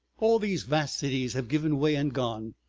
all these vast cities have given way and gone,